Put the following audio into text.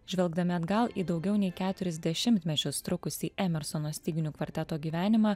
žvelgdami atgal į daugiau nei keturis dešimtmečius trukusį emersono styginių kvarteto gyvenimą